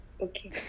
okay